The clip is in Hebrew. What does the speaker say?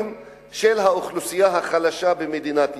של האוכלוסייה החלשה במדינת ישראל,